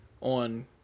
on